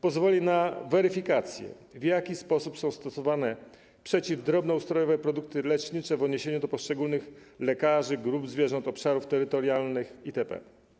Pozwoli na weryfikację, w jaki sposób są stosowane przeciwdrobnoustrojowe produkty lecznicze w odniesieniu do poszczególnych lekarzy, grup zwierząt, obszarów terytorialnych itp.